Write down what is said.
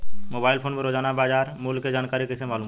Mobile phone पर रोजाना बाजार मूल्य के जानकारी कइसे मालूम करब?